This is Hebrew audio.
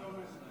תתרגמי.